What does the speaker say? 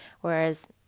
whereas